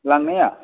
लांनाया